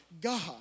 God